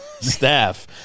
staff